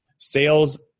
Sales